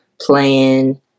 playing